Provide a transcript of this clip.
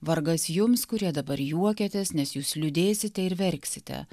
vargas jums kurie dabar juokiatės nes jūs liūdėsite ir verksite